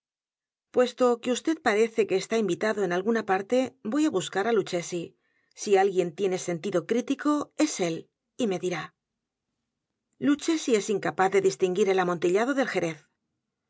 puesto que vd parece que está invitado en alguna parte voy á buscar á lucchesi si alguien tiene sentido critico es él y me dirá lucchesi es incapaz de distinguir el amontillado del jerez